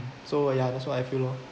so ah ya that's what I feel lor